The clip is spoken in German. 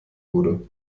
wurde